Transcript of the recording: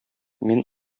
мин